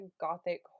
gothic